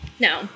No